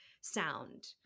sound